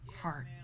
heart